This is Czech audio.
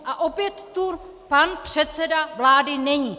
A opět tu pan předseda vlády není!